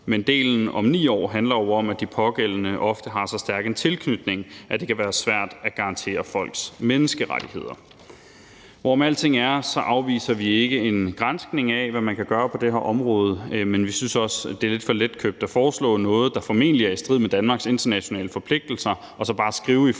men delen om 9 år handler jo om, at de pågældende ofte har så stærk en tilknytning, at det kan være svært at garantere folks menneskerettigheder. Hvorom alting er, så afviser vi ikke en granskning af, hvad man kan gøre på det her område, men vi synes også, det er lidt for letkøbt at foreslå noget, der formentlig er i strid med Danmarks internationale forpligtelser, og så bare skrive i forslaget,